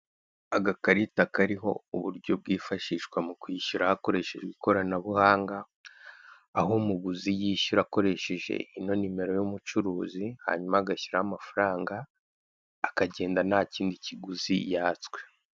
Agakarita kariho uburyo bwifashishwa mukwishyura hakoreshejwe ikoranabuhanga aho umuguzi yishyura akoresheje ino nimero y'umucuruzi hanyuma agashyiraho amafaranga, akagenda ntakindi kiguzi yatswe.